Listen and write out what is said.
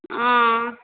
हॅं